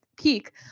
peak